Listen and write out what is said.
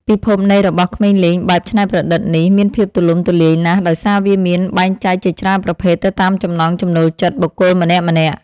ពិភពនៃរបស់ក្មេងលេងបែបច្នៃប្រឌិតនេះមានភាពទូលំទូលាយណាស់ដោយសារវាមានបែងចែកជាច្រើនប្រភេទទៅតាមចំណង់ចំណូលចិត្តបុគ្គលម្នាក់ៗ។